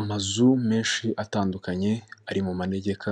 Amazu menshi atandukanye ari mu manegeka,